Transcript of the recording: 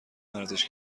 ورزش